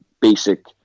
basic